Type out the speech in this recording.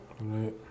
Right